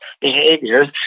behaviors